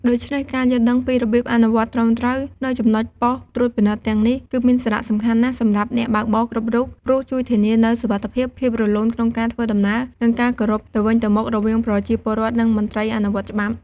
ដូច្នេះការយល់ដឹងពីរបៀបអនុវត្តត្រឹមត្រូវនៅចំណុចប៉ុស្តិ៍ត្រួតពិនិត្យទាំងនេះ គឺមានសារៈសំខាន់ណាស់សម្រាប់អ្នកបើកបរគ្រប់រូប ព្រោះជួយធានានូវសុវត្ថិភាព ភាពរលូនក្នុងការធ្វើដំណើរ និងការគោរពទៅវិញទៅមករវាងប្រជាពលរដ្ឋ និងមន្ត្រីអនុវត្តច្បាប់។។